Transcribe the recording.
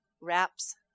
wraps